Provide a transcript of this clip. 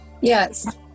Yes